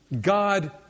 God